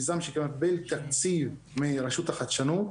מיזם שגם מקבל תקציב מרשות לחדשנות,